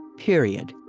period.